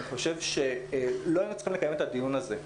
אני חושב שלא היינו צריכים לקיים את הדיון הזה,